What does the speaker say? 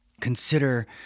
consider